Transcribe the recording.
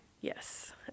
Yes